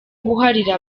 guharira